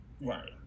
right